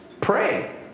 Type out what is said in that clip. Pray